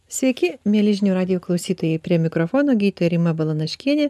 sveiki mieli žinių radijo klausytojai prie mikrofono gytė rima balanaškienė